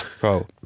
Bro